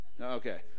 okay